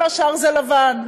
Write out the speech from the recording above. כל השאר לבן.